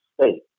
state